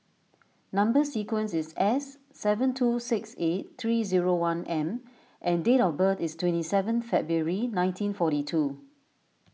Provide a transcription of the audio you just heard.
Number Sequence is S seven two six eight three zero one M and date of birth is twenty seven February nineteen forty two